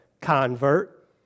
convert